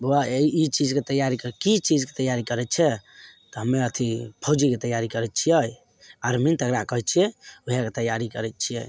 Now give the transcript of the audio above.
बौआ हे ई चीजके तैयारी करय की चीजके तैयारी करय छै तऽ हम्मे अथी फौजीके तैयारी करय छियै आर्मी जेकरा कहइ छियै वएहके तैयारी करय छियै